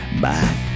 Bye